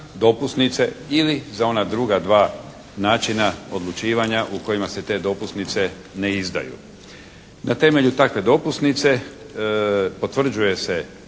dopusnice ili za ona druga dva načina odlučivanja u kojima se te dopusnice ne izdaju. Na temelju takve dopusnice potvrđuje se